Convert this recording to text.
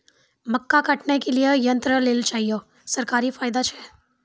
मक्का काटने के लिए यंत्र लेल चाहिए सरकारी फायदा छ?